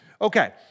Okay